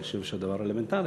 אני חושב שהדבר אלמנטרי.